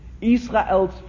Israel's